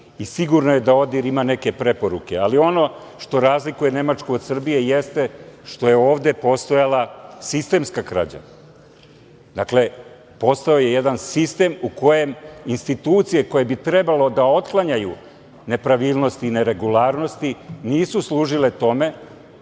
i sigurno je da ODIHR ima neke preporuke. Ali ono što razlikuje Nemačku od Srbije jeste što je ovde postojala sistemska krađa. Dakle, postojao je jedan sistem u kojem institucije koje bi trebalo da otklanjaju nepravilnosti i neregularnosti nisu služile tome,